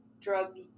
drug